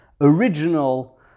original